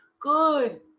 good